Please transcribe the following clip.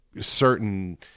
certain